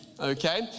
Okay